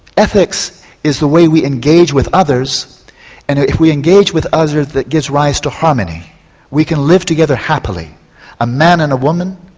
ethics is the way we engage with others and if we engage with others that gives rise to harmony we can live together happily a man and a woman,